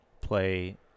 play